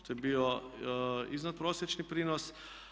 To je bio iznaprosječni prinos.